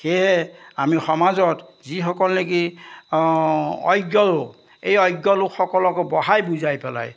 সেয়েহে আমি সমাজত যিসকলে নেকি অজ্ঞ লোক এই অজ্ঞ লোকসকলকো বঢ়াই বুজাই পেলাই